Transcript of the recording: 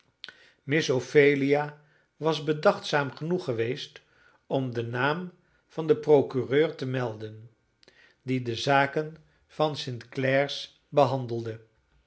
miss ophelia was bedachtzaam genoeg geweest om den naam van den procureur te melden die de zaken van de st clare's behandelde